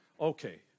Okay